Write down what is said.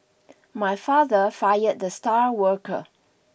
my father fired the star worker